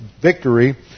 victory